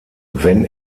wenn